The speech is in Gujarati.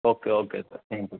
okay okay sir thank you